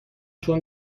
چون